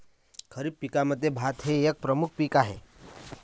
खरीप पिकांमध्ये भात हे एक प्रमुख पीक आहे